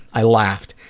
i laughed.